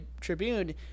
Tribune